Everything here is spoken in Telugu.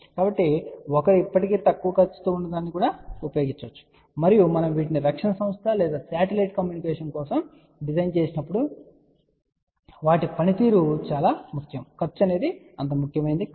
కాబట్టి ఒకరు ఇప్పటికీ తక్కువ ఖర్చుతో వున్నదానిని ఉపయోగించవచ్చు మరియు మనం వీటిని రక్షణ సంస్థ లేదా శాటిలైట్ కమ్యూనికేషన్ కోసం డిజైన్ చేసినప్పుడు వాటి పని తీరు చాలా ముఖ్యం ఖర్చు అంత ముఖ్యమైనది కాదు